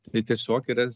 tai tiesiog yra